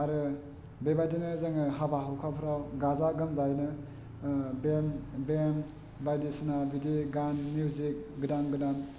आरो बेबायदिनो जोङो हाबा हुखाफ्राव गाजा गोमजायैनो बेन बेन बायदिसिना बिदि गान मिउजिक गोदान गोदान